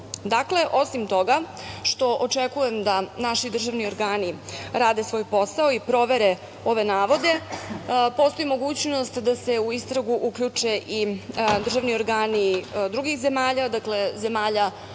zemalja. Osim toga što očekujem da naši državni organi rade svoj posao i provere ove navode, postoji mogućnost da se u istragu uključe državni organi drugih zemalja, dakle zemalja